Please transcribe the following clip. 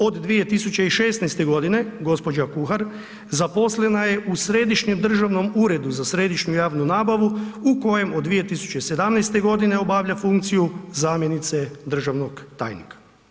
Od 2016. g. gđa. Kuhar zaposlena je u Središnjem državnom uredu za središnju javnu nabavu u kojem od 2017. g. obavlja funkciju zamjenice državnog tajnika.